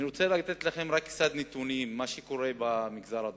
אני רוצה לתת לכם קצת נתונים על מה שקורה במגזר הדרוזי.